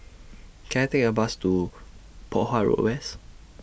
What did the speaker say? Can I Take A Bus to Poh Huat Road West